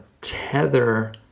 tether